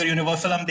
Universal